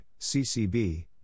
CCB